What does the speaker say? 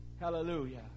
Hallelujah